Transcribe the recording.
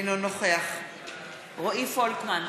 אינו נוכח רועי פולקמן,